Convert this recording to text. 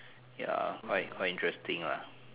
ya quite quite interesting lah